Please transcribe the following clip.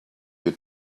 your